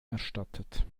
erstattet